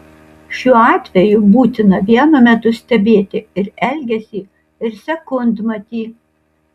šiuo atveju būtina vienu metu stebėti ir elgesį ir sekundmatį